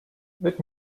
let